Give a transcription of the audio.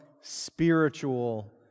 spiritual